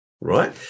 right